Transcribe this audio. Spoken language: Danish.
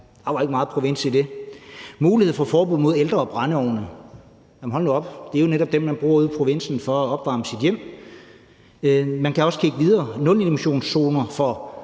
er jo ikke meget provins i det. Mulighed for forbud mod ældre brændeovne. Jamen hold nu op, det er jo netop dem, man bruger ude i provinsen for at opvarme sit hjem. Man kan også kigge videre: Nulemissionszoner for